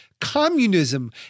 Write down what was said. Communism